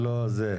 לא,